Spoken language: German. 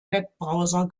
webbrowser